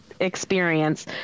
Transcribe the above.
experience